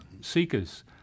seekers